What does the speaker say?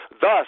Thus